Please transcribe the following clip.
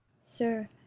sir